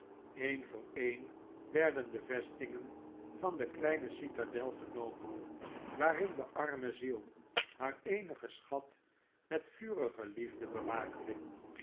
een voor een werden de vestingen van de kleine citadel genomen waarin de arme ziel haar eenigen schat met vurige liefde bewaakte